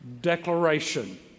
declaration